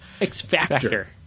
X-Factor